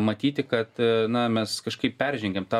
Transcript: matyti kad na mes kažkaip peržengiam tą